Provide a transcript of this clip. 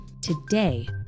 Today